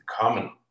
common